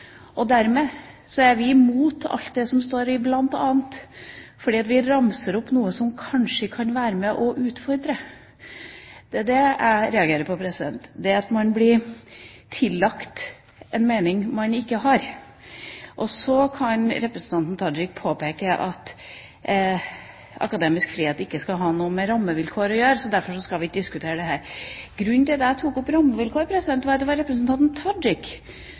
Og dermed er vi imot alt det som står i «bl.a.», fordi vi ramser opp noe som kanskje kan være med på å utfordre! Det er det jeg reagerer på, at man blir tillagt en mening man ikke har. Så kan representanten Tajik påpeke at akademisk frihet ikke skal ha noe med rammevilkår å gjøre, derfor skal vi ikke diskutere dette. Grunnen til at jeg tok opp rammevilkår, var at representanten Tajik refererte til at rammevilkår er noe av det